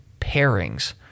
pairings